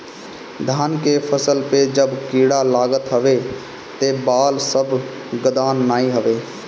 धान के फसल पअ जब कीड़ा लागत हवे तअ बाल सब गदात नाइ हवे